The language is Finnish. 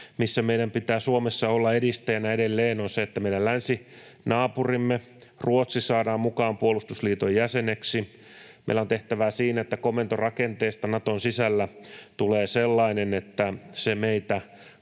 missä meidän pitää Suomessa olla edistäjänä edelleen, se on se, että meidän länsinaapurimme Ruotsi saadaan mukaan puolustusliiton jäseneksi. Meillä on tehtävää siinä, että komentorakenteesta Naton sisällä tulee sellainen, että se meitä